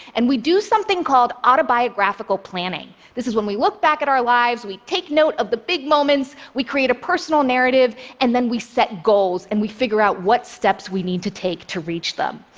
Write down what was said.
and we do something called autobiographical planning. this is when we look back at our lives, we take note of the big moments, we create a personal narrative, and then we set goals and we figure out what steps we need to take to reach them.